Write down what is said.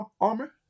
armor